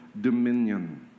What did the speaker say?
dominion